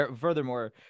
furthermore